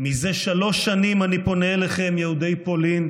"מזה שלוש שנים אני פונה אליכם, יהודי פולין,